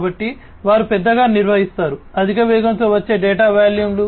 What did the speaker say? కాబట్టి వారు పెద్దగా నిర్వహిస్తారు అధిక వేగంతో వచ్చే డేటా వాల్యూమ్లు